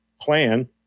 plan